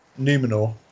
Numenor